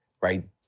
right